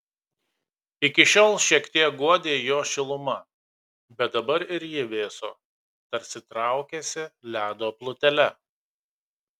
iki šiol šiek tiek guodė jo šiluma bet dabar ir ji vėso tarsi traukėsi ledo plutele